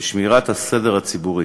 ושמירת הסדר הציבורי.